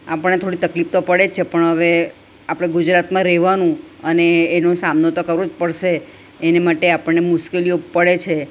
આપણને થોડીક તકલીફ તો પડે જ છે પણ હવે આપડે ગુજરાતમાં રહેવાનું અને એનો સામનો તો કરવો જ પડશે એની માટે આપણને મુશ્કેલીઓ પડે છે